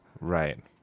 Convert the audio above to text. Right